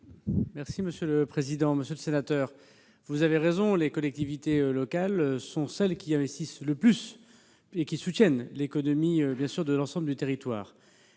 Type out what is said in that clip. des comptes publics. Monsieur le sénateur, vous avez raison, les collectivités locales sont celles qui investissent le plus et soutiennent l'économie sur l'ensemble du territoire.